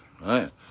right